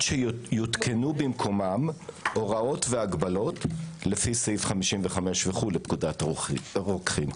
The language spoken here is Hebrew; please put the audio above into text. שיותקנו במקומם הוראות והגבלות לפי סעיף 55 וכו' לפקודת הרוקחים,